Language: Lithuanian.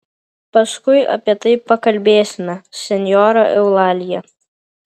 paskui apie tai pakalbėsime senjora eulalija